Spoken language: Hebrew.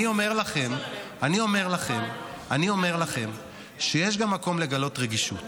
אני אומר לכם שיש גם מקום לגלות רגישות